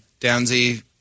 Downsy